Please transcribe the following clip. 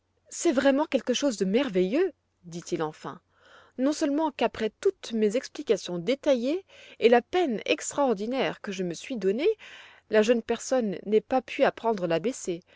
c'est vraiment quelque chose de merveilleux dit-il enfin non seulement qu'après toutes mes explications détaillées et la peine extraordinaire que je me suis donnée la jeune personne n'ait pas pu apprendre l'a